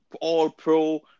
All-Pro